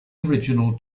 original